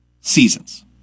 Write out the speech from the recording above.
seasons